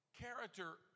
Character